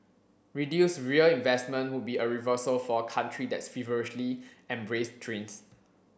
reduced rail investment would be a reversal for a country that's feverishly embraced trains